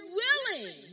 willing